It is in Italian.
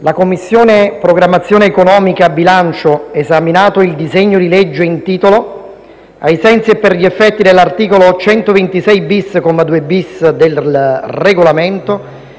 «La Commissione programmazione economi- ca, bilancio, esaminato il disegno di legge in titolo, ai sensi e per gli effetti dell’articolo 126-bis, comma 2-bis, del Regolamento,